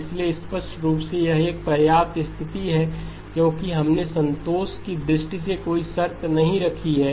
इसलिए स्पष्ट रूप से यह एक पर्याप्त स्थिति है क्योंकि हमने संतोष की दृष्टि से कोई शर्त नहीं रखी है